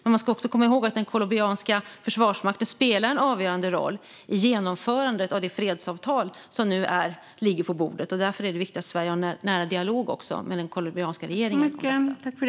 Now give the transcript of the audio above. Man ska också komma ihåg att den colombianska försvarsmakten spelar en avgörande roll i genomförandet av det fredsavtal som nu ligger på bordet. Därför är det viktigt att Sverige har en nära dialog med den colombianska regeringen angående detta.